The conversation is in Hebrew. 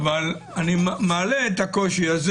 אני מעלה את הקושי הזה.